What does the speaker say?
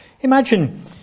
Imagine